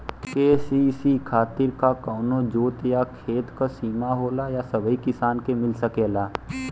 KCC खातिर का कवनो जोत या खेत क सिमा होला या सबही किसान के मिल सकेला?